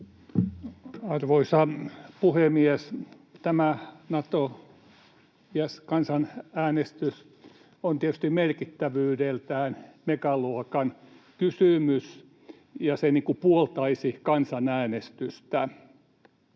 Arvoisa puhemies! Tämä Nato-kansanäänestys on tietysti merkittävyydeltään megaluokan kysymys, ja se puoltaisi kansanäänestystä.